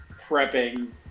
prepping